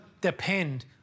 depend